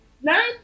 Nine